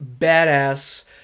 badass